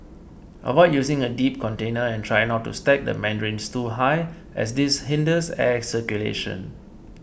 avoid using a deep container and try not to stack the mandarins too high as this hinders air circulation